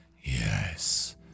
Yes